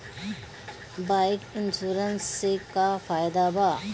Bike insurance से का फायदा बा?